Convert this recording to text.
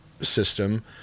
system